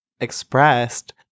expressed